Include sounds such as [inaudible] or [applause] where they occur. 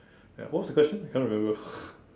ya what was the question I can't remember [breath]